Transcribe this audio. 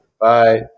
Bye